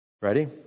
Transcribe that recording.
Ready